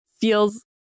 feels